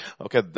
Okay